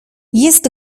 jest